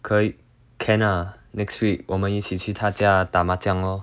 可以 can ah next week 我们一起去他家打麻将 lor